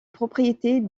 propriétés